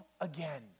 again